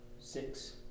Six